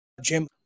Jim